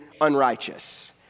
unrighteous